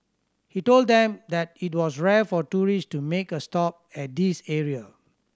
he told them that it was rare for tourist to make a stop at this area